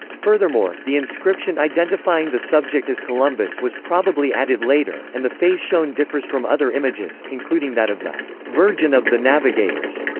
furthermore, the inscription identifying the subject as columbus was probably added later, and the face shown differs from other images, including that of the virgin of the navigators.